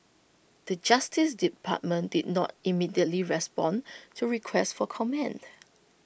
the justice department did not immediately respond to request for comment